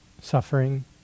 suffering